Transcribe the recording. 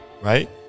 right